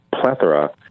plethora